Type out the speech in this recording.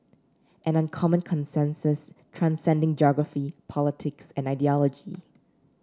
an uncommon consensus transcending geography politics and ideology